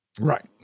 Right